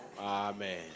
amen